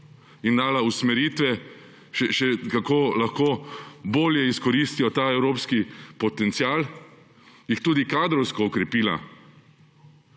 in dala usmeritve, kako lahko še bolje izkoristita ta evropski potencial, jih tudi kadrovsko okrepila,